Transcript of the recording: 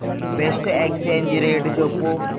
best exchange rate చెప్పు